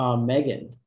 Megan